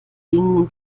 gegen